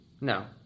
No